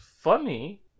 funny